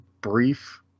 brief